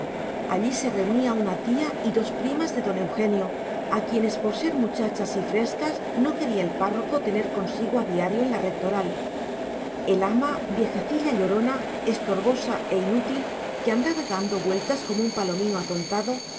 allí se reunían una tía y dos primas de don eugenio a quienes por ser muchachas y frescas no quería el párroco tener consigo a diario en la rectoral el ama viejecilla llorona estorbosa e inútil que andaba dando vueltas como un palomino atontado